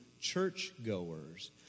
churchgoers